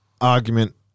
argument